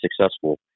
successful